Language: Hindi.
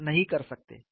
तुम नहीं कर सकते